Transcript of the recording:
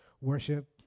worship